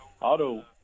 auto